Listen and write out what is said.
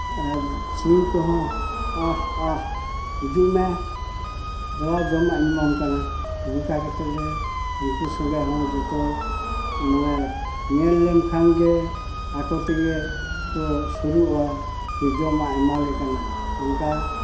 ᱟᱨ ᱥᱤᱢ ᱠᱚᱦᱚᱸ ᱟᱜ ᱟᱜ ᱦᱤᱡᱩᱜ ᱢᱮ ᱫᱮᱞᱟ ᱡᱚᱢᱟᱜ ᱤᱧ ᱮᱢᱟᱢ ᱠᱟᱱᱟ ᱚᱱᱠᱟ ᱠᱟᱛᱮ ᱞᱮ ᱩᱱᱠᱩ ᱥᱚᱸᱜᱮ ᱦᱚᱸ ᱡᱚᱛᱚ ᱱᱚᱸᱰᱮ ᱧᱮᱞ ᱞᱮᱢ ᱠᱷᱟᱱ ᱜᱮ ᱟᱠᱚ ᱛᱮᱜᱮ ᱠᱚ ᱥᱩᱨᱩᱜᱼᱟ ᱡᱚᱢᱟᱜᱼᱮ ᱮᱢᱟ ᱞᱮ ᱠᱟᱱᱟ ᱚᱱᱠᱟ